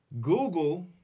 Google